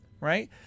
right